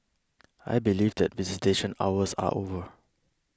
I believe that visitation hours are over